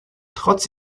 trotz